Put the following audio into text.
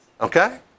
Okay